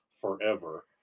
forever